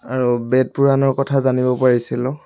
আৰু বেদ পুৰাণৰ কথা জানিব পাৰিছিলোঁ